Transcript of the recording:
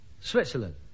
Switzerland